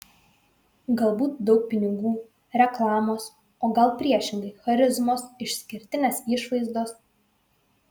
galbūt daug pinigų reklamos o gal priešingai charizmos išskirtinės išvaizdos